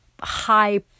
high